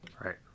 Right